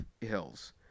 hills